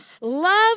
love